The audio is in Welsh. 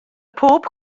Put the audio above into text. pob